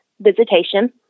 visitation